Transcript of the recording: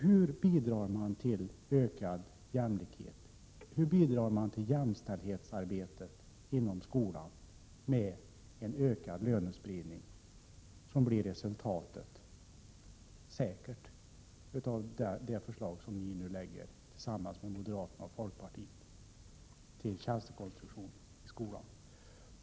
Hur bidrar man till ökad jämlikhet och till jämställdhetsarbetet inom skolan med en ökad lönespridning, som säkert blir resultatet av det förslag till tjänstekonstruktion i skolan som ni nu lägger fram tillsammans med moderaterna och folkpartiet?